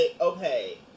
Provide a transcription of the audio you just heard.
okay